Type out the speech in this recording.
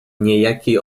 niejakiej